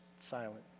silent